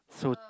so